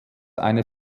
eine